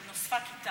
אבל נוספה כיתה.